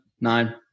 nine